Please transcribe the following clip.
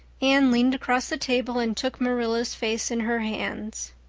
anne leaned across the table and took marilla's face in her hands.